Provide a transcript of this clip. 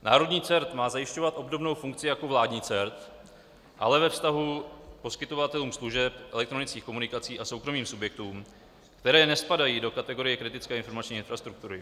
Národní CERT má zajišťovat obdobnou funkci jako vládní CERT, ale ve vztahu k poskytovatelům služeb elektronických komunikací a soukromým subjektům, které nespadají do kategorie kritické informační infrastruktury.